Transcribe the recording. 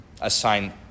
assign